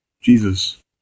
Jesus